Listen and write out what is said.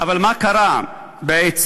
אבל מה קרה בעצם?